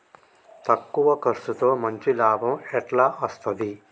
తక్కువ కర్సుతో మంచి లాభం ఎట్ల అస్తది?